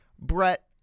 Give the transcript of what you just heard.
Brett